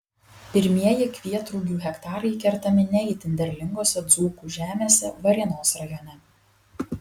pirmieji kvietrugių hektarai kertami ne itin derlingose dzūkų žemėse varėnos rajone